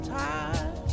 time